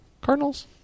Cardinals